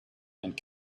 and